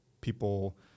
people